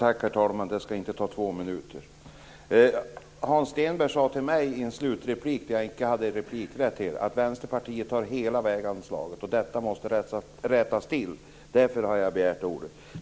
Fru talman! Hans Stenberg sade till mig då jag icke hade ytterligare replikrätt att Vänsterpartiet tar hela väganslaget. Detta måste rättas till. Därför har jag begärt ordet.